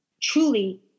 truly